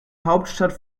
hauptstadt